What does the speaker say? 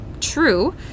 true